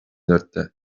dörtte